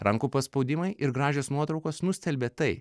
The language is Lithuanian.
rankų paspaudimai ir gražios nuotraukos nustelbia tai